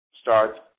start